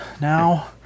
now